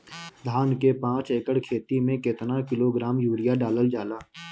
धान के पाँच एकड़ खेती में केतना किलोग्राम यूरिया डालल जाला?